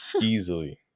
easily